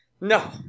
No